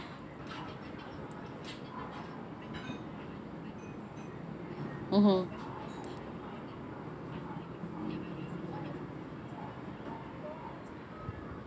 (uh huh)